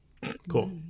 Cool